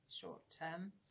short-term